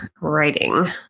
writing